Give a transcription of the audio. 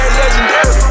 legendary